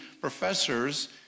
professors